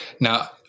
Now